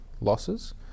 losses